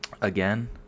again